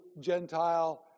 Gentile